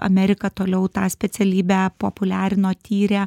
amerika toliau tą specialybę populiarino tyrė